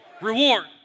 Reward